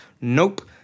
nope